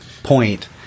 point